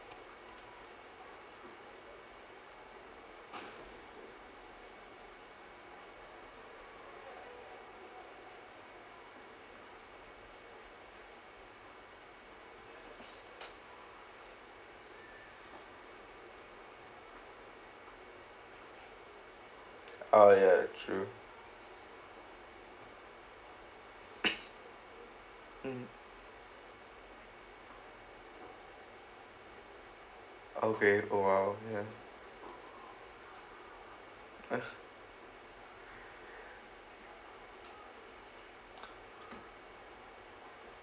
uh ya true mm okay oh !wow! ya